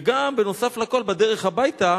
ובנוסף לכול, בדרך הביתה